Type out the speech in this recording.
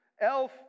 Elf